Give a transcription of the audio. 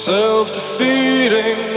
Self-defeating